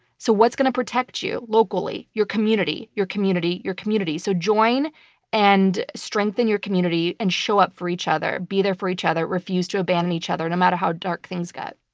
so what's going to protect you locally? your community, your community, your community. so join and strengthen your community and show up for each other, be there for each other, refuse to abandon each other no matter how dark things got.